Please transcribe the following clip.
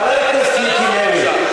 חבר הכנסת מיקי לוי.